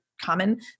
Common